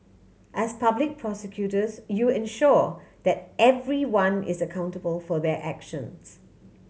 as public prosecutors you ensure that everyone is accountable for their actions